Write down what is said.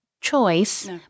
choice